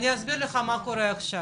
אני אסביר לך מה קורה עכשיו.